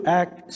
act